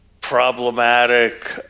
problematic